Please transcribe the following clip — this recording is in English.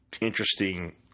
interesting